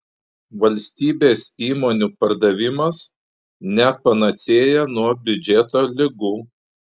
valstybės įmonių pardavimas ne panacėja nuo biudžeto ligų